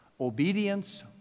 obedience